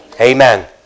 Amen